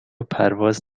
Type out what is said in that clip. پرواز